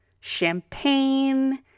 champagne